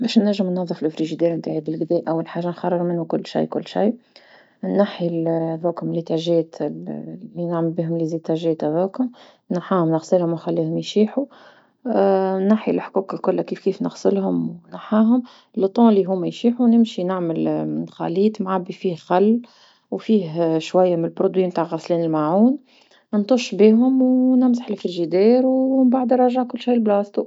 باش نجم نضف الثلاجة متاعي بلقدا أول حاجة نخرج منو كل شي كل شي، النحي هذوك رفوف نعمل بيهم رفوف هذوكم نحهوم نغسلهم ونخليهم يشيحو نحي لحكوك الكل كيف كيف نغسلهم ونحهم، في وقت اللي هما يشيحو نمشي نعمل خليط نعبي فيه خل وفيه شوية متع مادة غسيل ماعون نتش بيهم ونمسح الثلاجة او من بعد نرجع كل شي لبلاصتو.